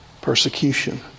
persecution